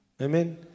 Amen